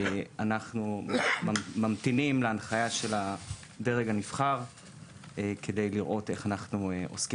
אנחנו ממתינים להנחיה של הדרג הנבחר כדי לראות איך אנחנו עוסקים